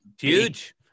huge